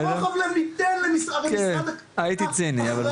ואני ברוחב לב אתן למשרד הכלכלה.